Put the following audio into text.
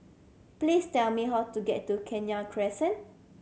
please tell me how to get to Kenya Crescent